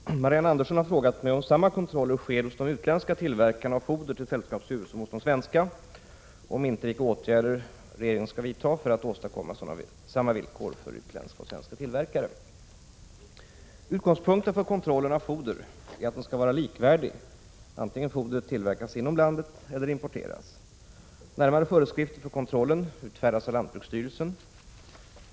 Fru talman! Marianne Andersson har frågat mig om samma kontroller sker hos de utländska tillverkarna av foder till sällskapsdjur som hos de svenska och, om inte, vilka åtgärder regeringen ämnar vidta för att åstadkomma samma villkor för utländska och svenska tillverkare. Utgångspunkten för kontrollen av foder är att den skall vara likvärdig, vare sig fodret tillverkas inom landet eller importeras. Närmare föreskrifter för kontrollen utfärdas av lantbruksstyrelsen.